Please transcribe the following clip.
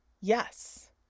Yes